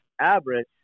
average